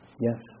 Yes